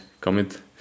comment